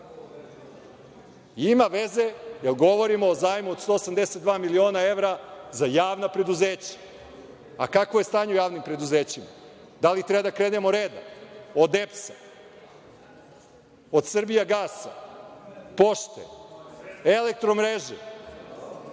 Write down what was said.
Ima veze, jer govorimo o zajmu od 182 miliona evra za javna preduzeća. A, kakvo je stanje u javnim preduzećima? Da li treba da krenemo redom, od EPS-a, od Srbijagasa, Pošte, Elektromreže?